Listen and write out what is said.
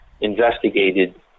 investigated